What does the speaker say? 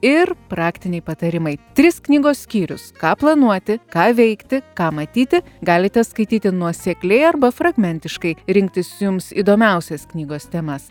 ir praktiniai patarimai tris knygos skyrius ką planuoti ką veikti ką matyti galite skaityti nuosekliai arba fragmentiškai rinktis jums įdomiausias knygos temas